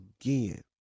again